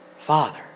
Father